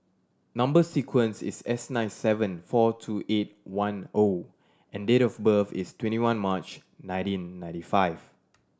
number sequence is S nine seven four two eight one O and date of birth is twenty one March nineteen ninety five